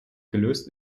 gelöst